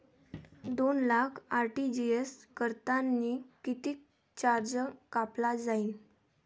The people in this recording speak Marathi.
दोन लाख आर.टी.जी.एस करतांनी कितीक चार्ज कापला जाईन?